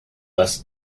less